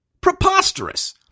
Preposterous